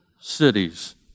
cities